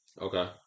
Okay